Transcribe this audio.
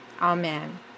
Amen